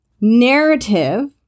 narrative